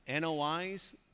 NOIs